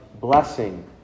blessing